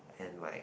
and like